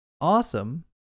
awesome